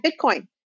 Bitcoin